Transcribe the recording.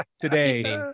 today